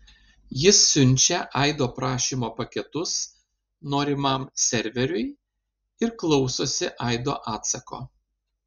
jis siunčia aido prašymo paketus norimam serveriui ir klausosi aido atsako